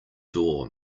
door